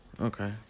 Okay